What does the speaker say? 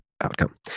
outcome